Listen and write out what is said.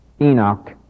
Enoch